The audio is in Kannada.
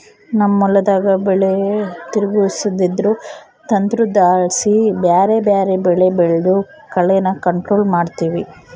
ನಮ್ ಹೊಲುದಾಗ ಬೆಲೆ ತಿರುಗ್ಸೋದ್ರುದು ತಂತ್ರುದ್ಲಾಸಿ ಬ್ಯಾರೆ ಬ್ಯಾರೆ ಬೆಳೆ ಬೆಳ್ದು ಕಳೇನ ಕಂಟ್ರೋಲ್ ಮಾಡ್ತಿವಿ